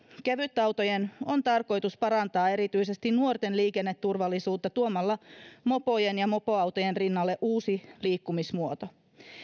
kevytautojen on tarkoitus parantaa erityisesti nuorten liikenneturvallisuutta tuomalla mopojen ja mopoautojen rinnalle uusi liikkumismuoto